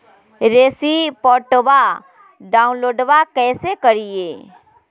रेसिप्टबा डाउनलोडबा कैसे करिए?